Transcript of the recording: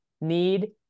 need